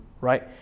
right